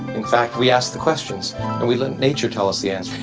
in fact, we ask the questions and we let nature tell us the answers.